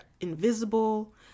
invisible